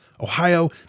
Ohio